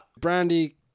Brandy